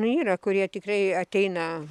nu yra kurie tikrai ateina